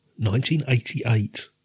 1988